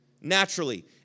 naturally